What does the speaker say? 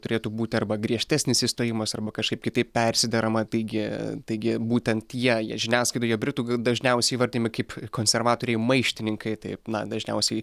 turėtų būti arba griežtesnis išstojimas arba kažkaip kitaip persiderama taigi taigi būtent jie jie žiniasklaidoje britų dažniausiai įvardijami kaip konservatoriai maištininkai taip na dažniausiai